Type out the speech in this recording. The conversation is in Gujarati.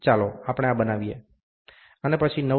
ચાલો આપણે આ બનાવીએ